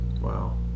Wow